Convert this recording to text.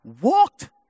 walked